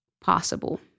possible